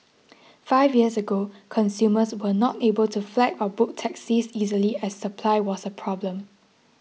five years ago consumers were not able to flag or book taxis easily as supply was a problem